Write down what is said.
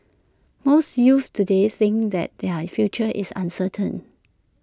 most youths today think that their future is uncertain